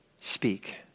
speak